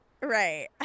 Right